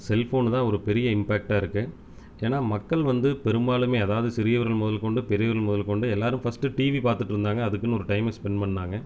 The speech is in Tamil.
செல்ஃபோன் தான் ஒரு பெரிய இம்பேக்ட்டாக இருக்குது ஏன்னால் மக்கள் வந்து பெரும்பாலுமே அதாவது சிறியவர்கள் முதல் கொண்டு பெரியவர்கள் முதல் கொண்டு எல்லோரும் ஃபஸ்ட்டு டிவி பார்த்துட்டு இருந்தாங்க அதுக்குன்னு ஒரு டைம் ஸ்பெண்ட் பண்ணாங்க